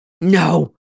No